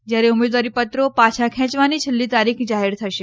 જ્યારે ઉમેદવારીપત્રો પાછા ખેંચવાની છેલ્લી તારીખ જાહેર થશે